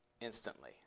instantly